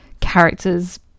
characters